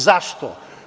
Zašto?